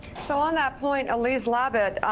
so on that point, elise labott,